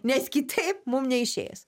nes kitaip mums neišeis